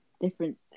Different